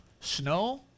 snow